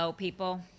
people